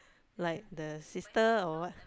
like the sister or what